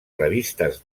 revistes